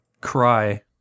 cry